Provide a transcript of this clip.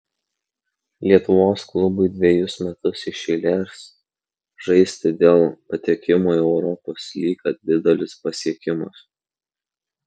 lietuvos klubui dvejus metus iš eilės žaisti dėl patekimo į europos lygą didelis pasiekimas